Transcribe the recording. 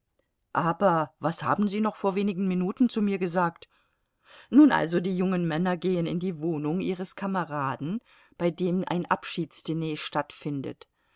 aber was haben sie noch vor wenigen minuten zu mir gesagt nun also die jungen männer gehen in die wohnung ihres kameraden bei dem ein abschiedsdiner stattfindet